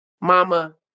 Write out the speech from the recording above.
Mama